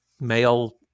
male